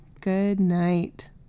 Goodnight